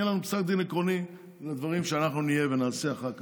יהיה לנו פסק דין עקרוני לדברים כשאנחנו נהיה ונעשה אחר כך.